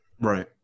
Right